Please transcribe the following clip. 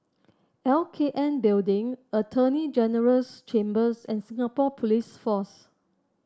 L K N Building Attorney General's Chambers and Singapore Police Force